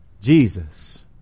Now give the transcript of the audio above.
Jesus